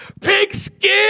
Pigskin